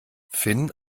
finn